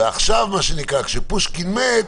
ועכשיו מה שנקרא כשפושקין מת,